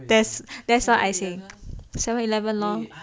that's why I say seven eleven lor